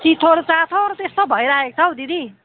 चिथोर चाथोर त्यस्तो पो भइराखेको छ हौ दिदी